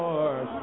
Lord